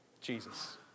Jesus